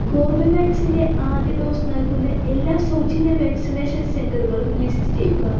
കോർബെവാക്സിന്റെ ആദ്യ ഡോസ് നൽകുന്ന എല്ലാ സൗജന്യ വാക്സിനേഷൻ സെന്ററുകളും ലിസ്റ്റ് ചെയ്യുക